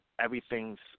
everything's